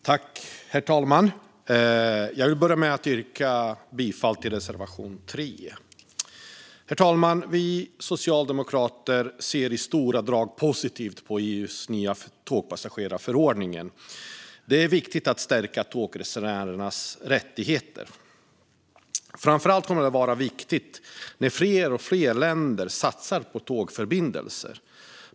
Herr talman! Jag vill börja med att yrka bifall till reservation 2. Vi socialdemokrater ser i stora drag positivt på EU:s nya tågpassagerarförordning. Den är viktig för att stärka tågresenärers rättigheter. Framför allt kommer den att vara viktig när fler och fler länder satsar på tågförbindelser.